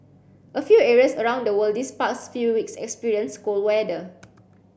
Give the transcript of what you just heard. a few areas around the world this past few weeks experienced cold weather